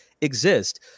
exist